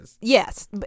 yes